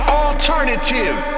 alternative